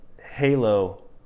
Halo